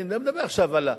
אני לא מדבר עכשיו על,